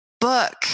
book